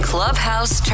Clubhouse